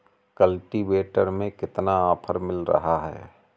Cultivator में कितना offer मिल रहा है?